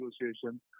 negotiation